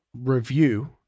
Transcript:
review